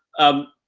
um,